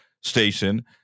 station